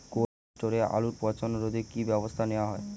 Cold স্টোরে আলুর পচন রোধে কি ব্যবস্থা নেওয়া হয়?